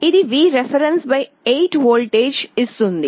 ఇది Vref 8 voltage ఇస్తుంది